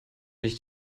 nicht